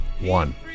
one